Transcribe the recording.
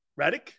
Raddick